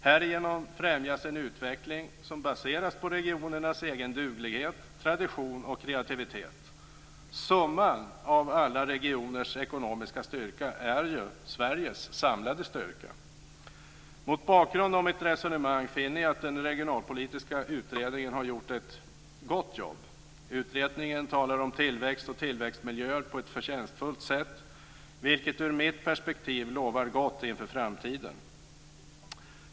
Härigenom främjas en utveckling som baseras på regionernas egen duglighet, tradition och kreativitet. Summan av alla regioners ekonomiska styrka är ju Sveriges samlade styrka. Mot bakgrund av mitt resonemang finner jag att den regionalpolitiska utredningen har gjort ett gott jobb. Utredningen talar om tillväxt och tillväxtmiljöer på ett förtjänstfullt sätt vilket ur mitt perspektiv lovar gott inför framtiden.